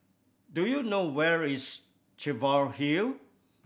do you know where is Cheviot Hill